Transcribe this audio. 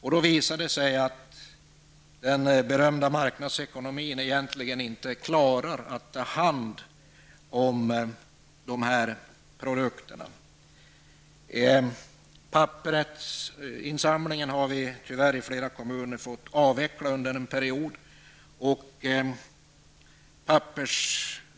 Det har visat sig att den berömda marknadsekonomin egentligen inte klarar av att ta hand om dessa produkter. Man har tyvärr i flera kommuner fått avveckla pappersinsamlingen under en period.